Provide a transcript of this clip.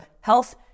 health